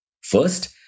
First